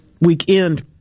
weekend